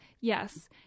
yes